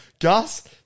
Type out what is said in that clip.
Gus